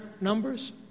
numbers